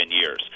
years